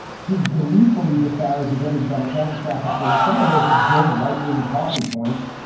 she gleefully disparages every democrat and traffics in some of the most absurd right wing talking points.